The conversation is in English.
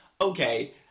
okay